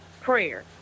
prayer